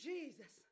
Jesus